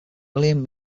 william